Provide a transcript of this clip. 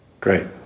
Great